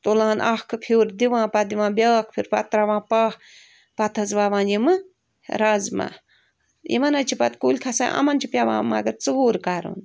تُلان اَکھ فیُوردِوان پتہٕ دِوان بیاکھ فیُور پتہٕ تَراوان پَاہ پَتہٕ حظ وَوان یِمہٕ رازٕمہ یِمن حظ چھِ پتہٕ کُلۍ کھسان یِمن چھِ پٮ۪وان مگر ژوٗر کَرُن